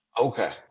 Okay